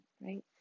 right